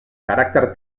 caràcter